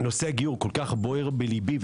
נושא הגיור כל כך בוער בליבי,